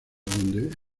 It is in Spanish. donde